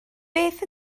beth